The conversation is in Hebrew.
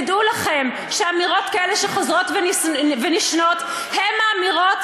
תדעו לכם שאמירות כאלה שחוזרות ונשנות הן האמירות